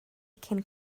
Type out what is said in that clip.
cyn